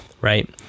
right